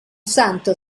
santo